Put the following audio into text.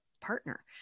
partner